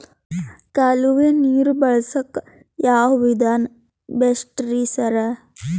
ಕಾಲುವೆ ನೀರು ಬಳಸಕ್ಕ್ ಯಾವ್ ವಿಧಾನ ಬೆಸ್ಟ್ ರಿ ಸರ್?